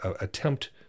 attempt